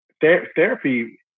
therapy